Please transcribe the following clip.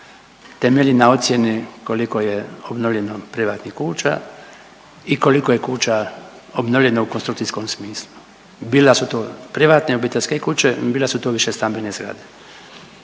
temelji na ocjeni koliko je obnovljeno privatnih kuća i koliko je kuća obnovljeno u konstrukcijskom smislu bilo da su to privatne obiteljske kuće, bilo da su to višestambene zgrade.